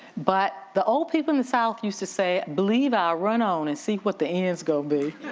but the old people in the south used to say, i believe i run on and see what the end's gonna be.